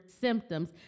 symptoms